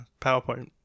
PowerPoint